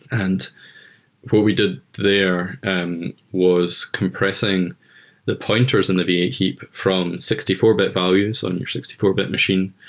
and what we did today and was compressing the points in the v eight heap from sixty four bit values on your sixty four bit machine,